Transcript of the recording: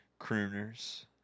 crooners